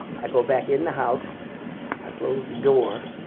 ah go back in the house a close the door